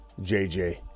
JJ